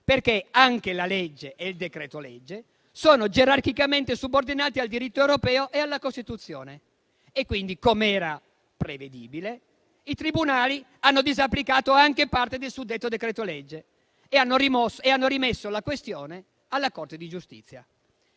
perché anche la legge e il decreto-legge sono gerarchicamente subordinati al diritto europeo e alla Costituzione. Quindi, com'era prevedibile, i tribunali hanno disapplicato anche parte del suddetto decreto-legge e hanno rimesso la questione alla Corte di giustizia.